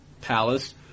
Palace